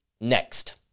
next